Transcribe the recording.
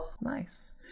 nice